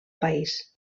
país